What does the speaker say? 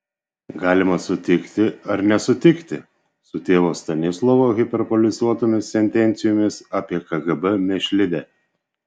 galima sutikti ar nesutikti su tėvo stanislovo hiperbolizuotomis sentencijomis apie kgb mėšlidę